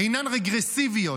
אינן רגרסיביות,